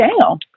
down